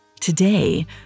Today